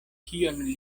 kion